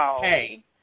hey